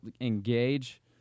engage